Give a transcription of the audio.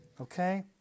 okay